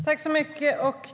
Herr talman!